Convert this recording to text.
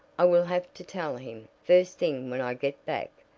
i will have to tell him, first thing when i get back.